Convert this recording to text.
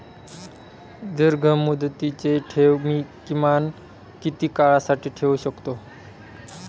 दीर्घमुदतीचे ठेव मी किमान किती काळासाठी ठेवू शकतो?